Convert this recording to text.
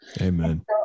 Amen